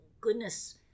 goodness